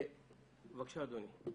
בבקשה, אדוני.